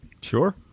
Sure